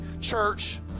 church